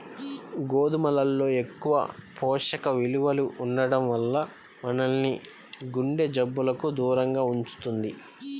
గోధుమల్లో ఎక్కువ పోషక విలువలు ఉండటం వల్ల మనల్ని గుండె జబ్బులకు దూరంగా ఉంచుద్ది